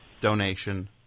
donation